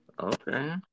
Okay